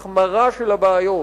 היא תמיד רק החמרה של הבעיות.